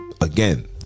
again